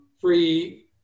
free